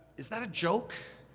is that a joke?